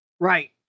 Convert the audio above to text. Right